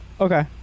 Okay